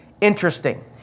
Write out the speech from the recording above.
interesting